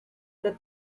that